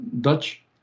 Dutch